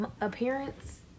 appearance